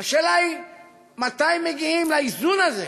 השאלה היא מתי מגיעים לאיזון הזה,